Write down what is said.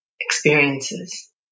experiences